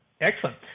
excellent